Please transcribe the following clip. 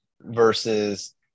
Versus